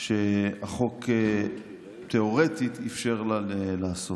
שהחוק תיאורטית אפשר לה.